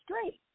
straight